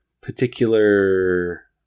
particular